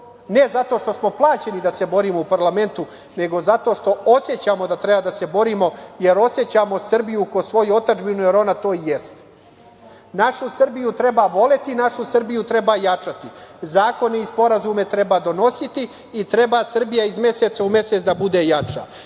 ne zato što smo plaćeni da se borimo u parlamentu, nego zato što osećamo da treba da se borimo, jer osećamo Srbiju ko svoju otadžbinu, jer ona to i jeste. Našu Srbiju treba voleti, našu Srbiju treba jačati, zakone i sporazume treba donositi i treba Srbija iz meseca u mesec da bude jača.